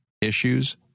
issues